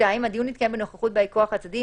(2)הדיון יתקיים בנוכחות באי כוח הצדדים,